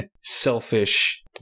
selfish